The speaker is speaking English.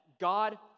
God